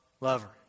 Lover